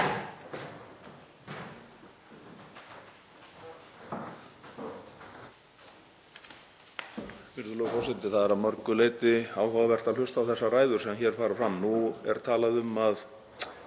Það er að mörgu leyti áhugavert að hlusta á þessar ræður sem hér fara fram. Nú er talað um að